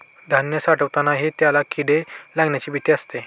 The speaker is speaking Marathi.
धान्य साठवतानाही त्याला किडे लागण्याची भीती असते